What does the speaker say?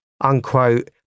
unquote